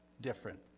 different